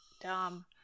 dumb